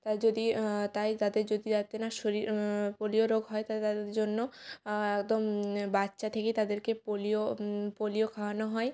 তা যদি তাই তাদের যদি একজনের শরীর পোলিও রোগ হয় তাদের জন্য একদম বাচ্ছা থেকে তাদেরকে পোলিও পোলিও খাওয়ানো হয়